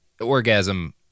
orgasm